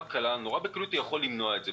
בקלות רבה הוא יכול למנוע את זה.